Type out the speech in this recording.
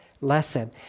lesson